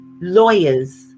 lawyers